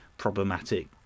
problematic